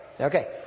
Okay